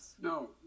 No